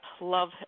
Love